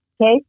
Okay